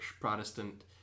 Protestant